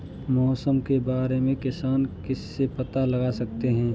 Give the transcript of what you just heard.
मौसम के बारे में किसान किससे पता लगा सकते हैं?